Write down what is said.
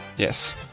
Yes